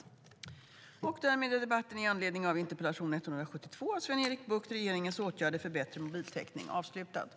Härmed var överläggningen avslutad.